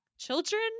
children